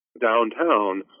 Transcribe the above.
downtown